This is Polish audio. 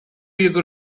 jego